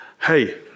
hey